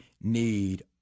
need